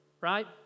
right